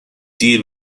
دیر